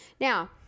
Now